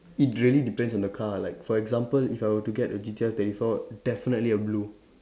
it really depends on the car like for example if I were to get a G_T_R thirty four definitely a blue